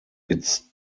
its